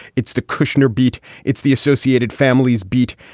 it's the kushner beat. it's the associated family's beat.